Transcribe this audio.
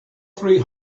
three